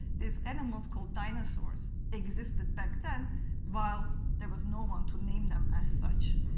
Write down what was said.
these animals called dinosaurs existed back then while there was no one to name them as such.